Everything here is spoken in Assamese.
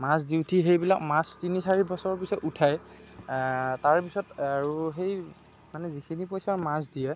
মাছ দি উঠি সেইবিলাক মাছ তিনি চাৰি বছৰ পিছত উঠায় তাৰপিছত আৰু সেই মানে যিখিনি পইচাৰ মাছ দিয়ে